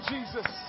Jesus